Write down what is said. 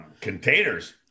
containers